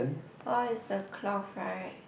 oh is the cloth right